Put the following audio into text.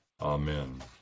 Amen